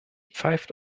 pfeift